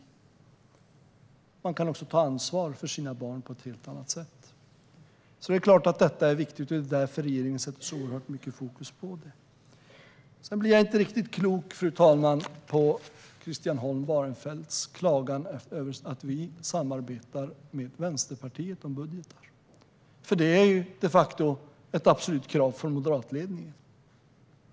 Dessutom kan man ta ansvar för sina barn på ett helt annat sätt. Det är klart att detta är viktigt, och det är därför som regeringen sätter så oerhört stort fokus på det. Fru talman! Sedan blir jag inte riktigt klok på Christian Holm Barenfelds klagan över att vi samarbetar med Vänsterpartiet om budgeten. Det är ju de facto ett absolut krav från moderatledningen.